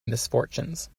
misfortunes